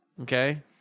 okay